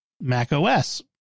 macOS